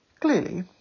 Clearly